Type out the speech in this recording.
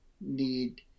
need